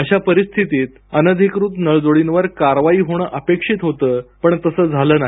अशा परिस्थितीत अनधिकृत नळजोडींवर कारवाई होणे अपेक्षित होतं पण तसं झालं नाही